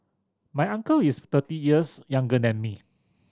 my uncle is thirty years younger than me